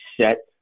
set